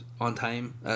on-time